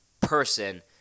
person